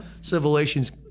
civilizations